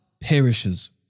perishes